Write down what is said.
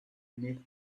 meet